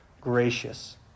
gracious